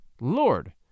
Lord